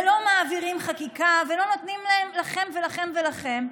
ולא מעבירים חקיקה, ולא נותנים לכם ולכם ולכם.